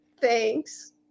Thanks